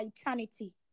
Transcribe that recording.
eternity